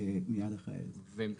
מיד אחרי הדיון.